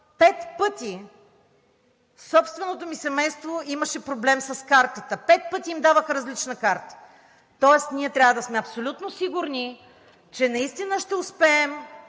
пет пъти собственото ми семейство имаше проблем с картата, пет пъти им даваха различна карта, тоест ние трябва да сме абсолютно сигурни, че наистина ще успеем